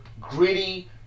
gritty